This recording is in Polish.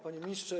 Panie Ministrze!